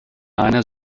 einer